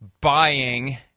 buying